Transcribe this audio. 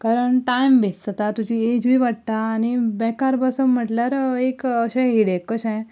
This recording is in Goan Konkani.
कारण टायम वेस्ट जाता तुजी एजूय वाडटा आनी बेकार बसप म्हणल्यार एक अशें हॅडएक कशें